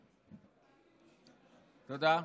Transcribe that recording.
תודה.